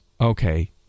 okay